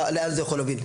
לאן זה יכול להוביל.